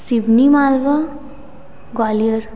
Seoni Malwa Gwalior